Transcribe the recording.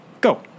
Go